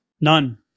none